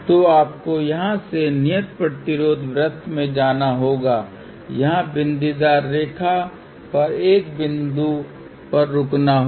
तो आपको यहां से नियत प्रतिरोध वृत्त में जाना होगा यहाँ बिंदीदार रेखा पर एक बिंदु पर रुकना होगा